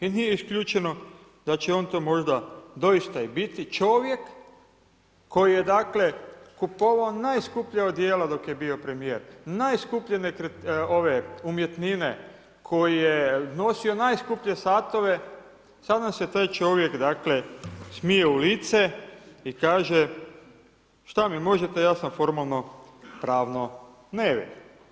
I nije isključeno da će on to možda doista i biti, čovjek koji je dakle kupovao najskuplja odjela dok je bio premijer, najskuplje umjetnine koje, nosio najskuplje satove, sada nam se taj čovjek dakle smije u lice i kaže šta mi možete, ja sam formalno-pravno nevin.